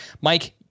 Mike